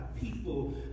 people